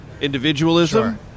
individualism